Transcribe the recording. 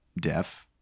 deaf